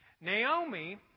Naomi